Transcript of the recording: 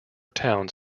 towns